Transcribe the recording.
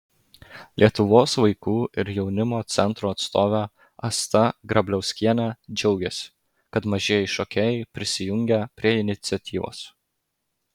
lietuvos vaikų ir jaunimo centro atstovė asta grabliauskienė džiaugėsi kad mažieji šokėjai prisijungė prie iniciatyvos